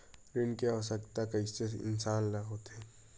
ऋण के आवश्कता कइसे इंसान ला होथे?